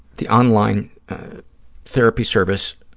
the online therapy service,